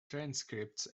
transcripts